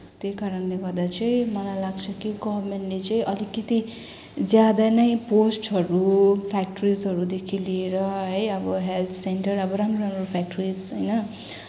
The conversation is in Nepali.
त्यही कारणले गर्दा चाहिँ मलाई लाग्छ कि गभर्मेन्टले चाहिँ अलिकति ज्यादा नै पोस्टहरू फ्याक्ट्रिजहरूदेखि लिएर है अब हेल्थ सेन्टर अब राम्रो राम्रो फ्याक्ट्रिज होइन